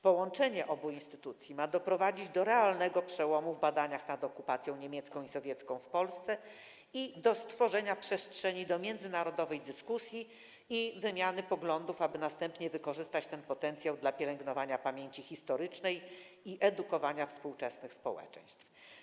Połączenie obu instytucji ma doprowadzić do realnego przełomu w badaniach nad okupacją niemiecką i sowiecką w Polsce i do stworzenia przestrzeni do międzynarodowej dyskusji i wymiany poglądów, aby następnie wykorzystać ten potencjał do pielęgnowania pamięci historycznej i edukowania współczesnych społeczeństw.